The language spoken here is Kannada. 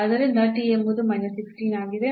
ಆದ್ದರಿಂದ t ಎಂಬುದು 16 ಆಗಿದೆ